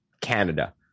Canada